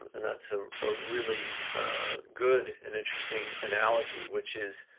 and that's ah a really good and interesting analogy, which is,